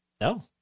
No